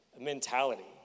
mentality